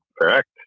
Correct